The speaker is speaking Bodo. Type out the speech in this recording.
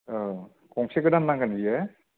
औ गंबेसे गोदान नांगोन बेयो